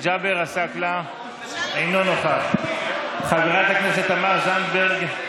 עסאקלה, אינו נוכח, חברת הכנסת תמר זנדברג,